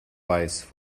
weiß